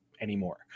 anymore